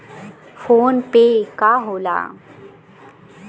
PhonePe का होला?